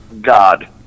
god